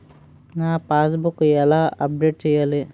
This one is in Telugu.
నా పాస్ బుక్ ఎలా అప్డేట్ చేయాలి?